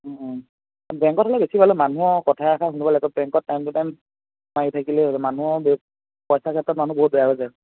বেংকত হ'লে বেছি পালোঁ হয় মানুহৰ কথা এষাৰ শুনিব লাগিব বেংকত টাইম টু টাইম মাৰি থাকিলেই হৈ যায় মানুহৰ পইচা ক্ষেত্ৰত মানুহ বহুত বেয়া হৈ যায়